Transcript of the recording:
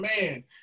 man